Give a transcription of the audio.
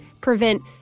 prevent